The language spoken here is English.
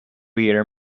hear